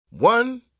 One